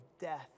death